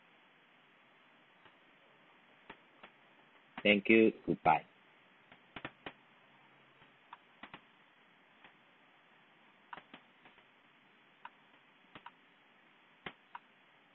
thank you goodbye